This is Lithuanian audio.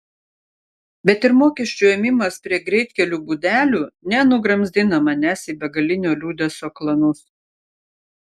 bet ir mokesčių ėmimas prie greitkelių būdelių nenugramzdina manęs į begalinio liūdesio klanus